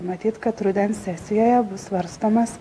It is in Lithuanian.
matyt kad rudens sesijoje bus svarstomas